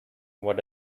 what